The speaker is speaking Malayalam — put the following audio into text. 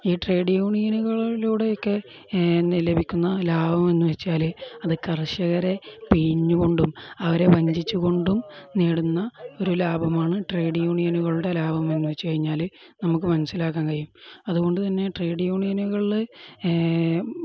ഈ ട്രേഡ് യൂണിയനുകളിലൂടെയൊക്കെ ലഭിക്കുന്ന ലാഭം എന്ന് വെച്ചാൽ അത് കർഷകരെ പിഴിഞ്ഞ് കൊണ്ടും അവരെ വഞ്ചിച്ച് കൊണ്ടും നേടുന്ന ഒരു ലാഭമാണ് ട്രേഡ് യൂണിയനുകളുടെ ലാഭം എന്ന് വെച്ച് കഴിഞ്ഞാൽ നമുക്ക് മനസ്സിലാക്കാൻ കഴിയും അതുകൊണ്ട് തന്നെ ട്രേഡ് യൂണിയനുകളിൽ